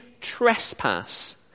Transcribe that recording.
trespass